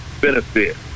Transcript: benefit